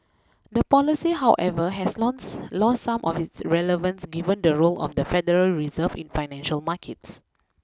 the policy however has lost lost some of its relevance given the role of the Federal Reserve in financial markets